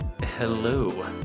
hello